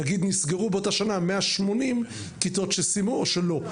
נגיד נסגרו באותה שנה 180 כיתות שסיימו או שלא.